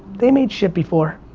they made shit before.